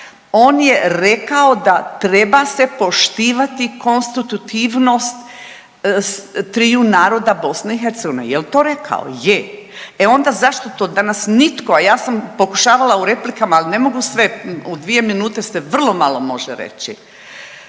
on je rekao da treba se poštivati konstitutivnost triju naroda BiH, jel to rekao, je. E onda zašto to danas nitko, a ja sam pokušavala u replikama, al ne mogu sve, u dvije minute se vrlo malo može reći.